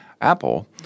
Apple